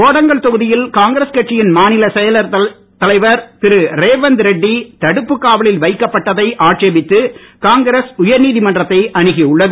கோடங்கல் தொகுதியில் காங்கிரஸ் கட்சியின் மாநில செயல் தலைவர் திரு ரேவந்த் ரெட்டி தடுப்புக் காவலில் வைக்கப்பட்டதை ஆட்சேபித்து காங்கிரஸ் உயர்நீதிமன்றத்தை அணுகி உள்ளது